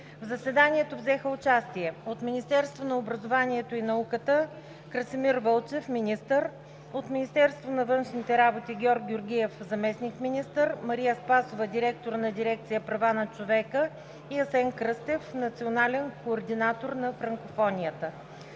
В заседанието взеха участие: от Министерството на образованието и науката: Красимир Вълчев – министър; от Министерството на външните работи: Георг Георгиев – заместник министър, Мария Спасова – директор на дирекция „Права на човека“; и Асен Кръстев – национален координатор на франкофонията.